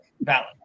Valid